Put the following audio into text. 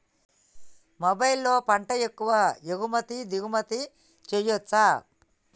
మొబైల్లో పంట యొక్క ఎగుమతి దిగుమతి చెయ్యచ్చా?